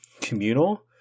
communal